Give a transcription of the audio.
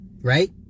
Right